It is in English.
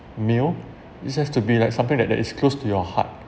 meal it's just to be like something that that is close to your heart